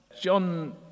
John